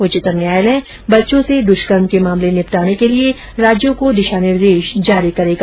उच्चतम न्यायालय बच्चों से दुष्कर्म के मामले निपटाने के लिए राज्यों को दिशा निर्देश जारी करेगा